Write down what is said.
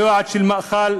לא יעד של מאכל,